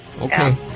okay